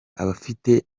abafite